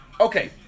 Okay